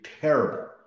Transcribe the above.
terrible